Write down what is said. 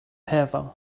heather